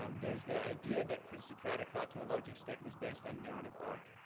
um there's the idea that pre-socratic thought to a large extent was based on narrative arc.